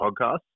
podcast